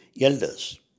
elders